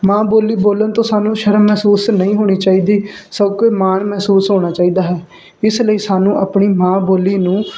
ਮਾਂ ਬੋਲੀ ਬੋਲਣ ਤੋਂ ਸਾਨੂੰ ਸ਼ਰਮ ਮਹਿਸੂਸ ਨਹੀਂ ਹੋਣੀ ਚਾਹੀਦੀ ਸਗੋਂ ਮਾਣ ਮਹਿਸੂਸ ਹੋਣਾ ਚਾਹੀਦਾ ਹੈ ਇਸ ਲਈ ਸਾਨੂੰ ਆਪਣੀ ਮਾਂ ਬੋਲੀ ਨੂੰ